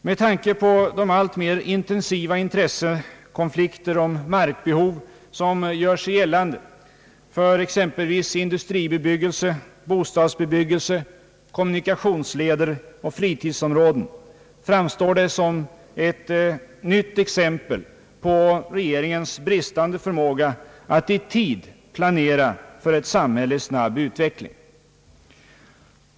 Med tanke på de alltmer intensiva intressekonflikter om markbehov, som gör sig gällande för exempelvis industribebyggelse, bostadsbebyggelse, kommunikationsleder och fritidsområden, framstår det som ett nytt exempel på regeringens bristande förmåga att i tid planera för ett samhälle i snabb utveckling.